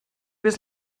was